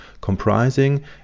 comprising